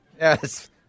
Yes